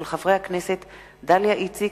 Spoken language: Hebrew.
של חברי הכנסת דליה איציק,